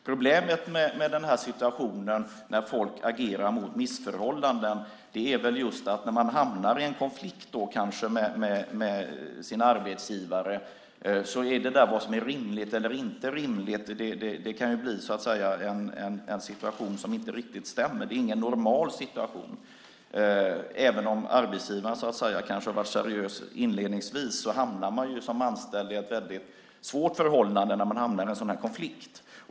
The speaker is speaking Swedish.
Problemet med en situation där man agerar mot missförhållanden och hamnar i en konflikt med sin arbetsgivare när det gäller vad som är rimligt eller inte rimligt är att det kan bli en situation som inte riktigt stämmer. Det är inte någon normal situation. Även om arbetsgivaren kanske har varit seriös inledningsvis hamnar man som anställd i ett väldigt svårt förhållande när det blir en sådan här konflikt.